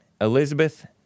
Elizabeth